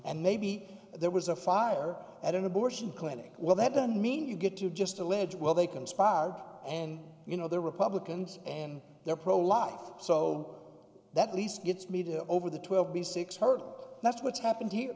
and maybe there was a fire at an abortion clinic well that doesn't mean you get to just allege well they conspired and you know they're republicans and they're pro life so that at least gets me to over the twelve b six hurt that's what's happened here